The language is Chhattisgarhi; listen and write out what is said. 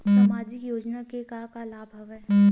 सामाजिक योजना के का का लाभ हवय?